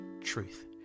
truth